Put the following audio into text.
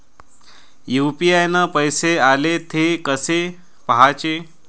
UPI न पैसे आले, थे कसे पाहाचे?